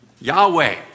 Yahweh